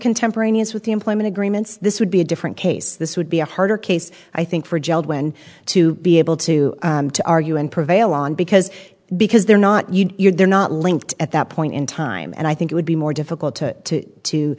contemporaneous with the employment agreements this would be a different case this would be a harder case i think for jelled when to be able to argue and prevail on because because they're not you they're not linked at that point in time and i think it would be more difficult to to to